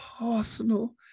Arsenal